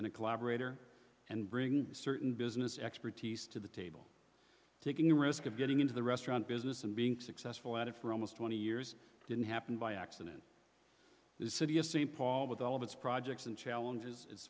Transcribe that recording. collaborator and bring certain business expertise to the table taking a risk of getting into the restaurant business and being successful at it for almost twenty years didn't happen by accident the city of st paul with all of its projects and challenges i